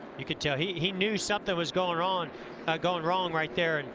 you can tell he he knew something was going wrong going wrong right there.